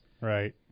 Right